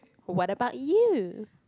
what about you